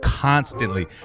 constantly